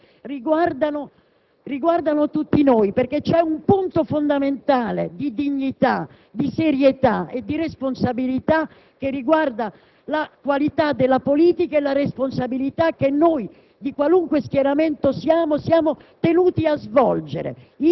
dei singoli colleghi, di qualunque schieramento facciano parte; riguarda tutti noi perché c'è un punto fondamentale di dignità, di serietà e di responsabilità che riguarda la qualità della politica e la responsabilità che noi